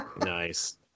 Nice